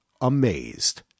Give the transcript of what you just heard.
amazed